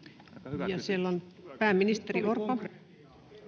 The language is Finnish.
[Speech 60] Speaker: